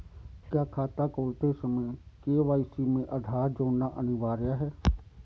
क्या खाता खोलते समय के.वाई.सी में आधार जोड़ना अनिवार्य है?